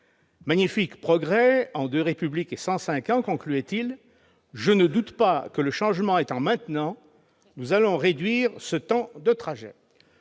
Magnifique progrès en deux Républiques et 105 ans », concluait-il, avant d'ajouter :« Je ne doute pas que, le changement étant maintenant, nous allons réduire ce temps de trajet »